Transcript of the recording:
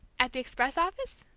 at the express office?